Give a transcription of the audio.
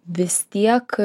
vis tiek